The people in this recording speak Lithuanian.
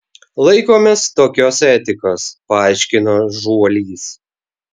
laikomės tokios etikos paaiškino žuolys